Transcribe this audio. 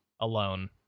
alone